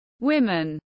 women